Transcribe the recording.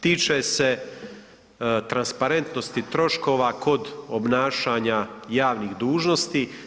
Tiče se transparentnosti troškova kod obnašanja javnih dužnosti.